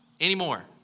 anymore